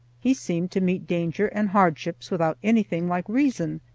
he seemed to meet danger and hardships without anything like reason,